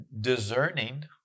discerning